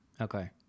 Okay